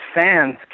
fans